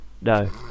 no